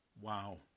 Wow